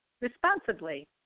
responsibly